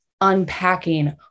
unpacking